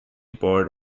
board